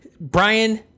Brian